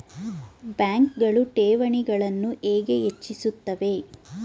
ಬ್ಯಾಂಕುಗಳು ಠೇವಣಿಗಳನ್ನು ಹೇಗೆ ಹೆಚ್ಚಿಸುತ್ತವೆ?